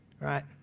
right